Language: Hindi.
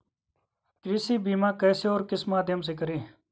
कृषि बीमा कैसे और किस माध्यम से करें?